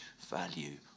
value